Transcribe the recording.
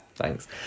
Thanks